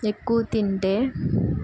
ఎక్కువ తింటే